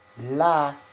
La